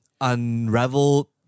unravel